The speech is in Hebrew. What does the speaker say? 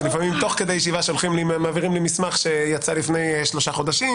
שלפעמים מעבירים לי מסמך שיצא לפני שלושה חודשים